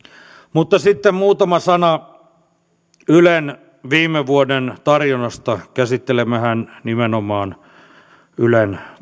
mutta sitten muutama sana ylen viime vuoden tarjonnasta käsittelemmehän nimenomaan ylen